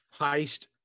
heist